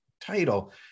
title